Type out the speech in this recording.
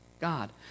God